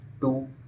two